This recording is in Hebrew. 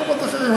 במקומות אחרים.